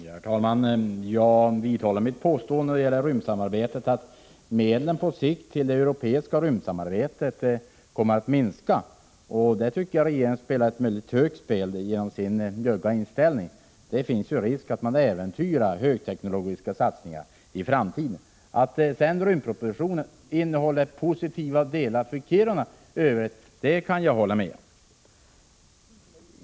Herr talman! Jag vidhåller mitt påstående, att medlen till det europeiska rymdsamarbetet på sikt kommer att minska. Där tycker jag regeringen spelar ett högt spel genom sin njugga inställning — det finns ju risk att man äventyrar högteknologiska satsningar i framtiden. Att rymdpropositionen i övrigt innehåller för Kiruna positiva delar kan jag hålla med om.